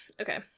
Okay